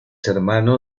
hermano